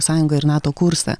sąjungą ir nato kursą